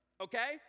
Okay